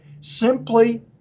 simply